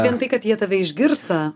vien tai kad jie tave išgirsta